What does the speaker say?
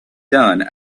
done